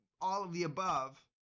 all-of-the-above